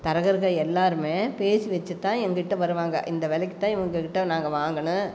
தரகர்கள் எல்லோருமே பேசி வைச்சி தான் என்கிட்ட வருவாங்க இந்த வெலைக்கு தான் இவங்கக்கிட்டே நாங்கள் வாங்கணும்